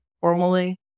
formally